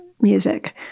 music